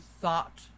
thought